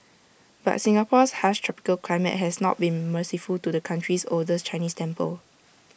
but Singapore's harsh tropical climate has not been merciful to the country's oldest Chinese temple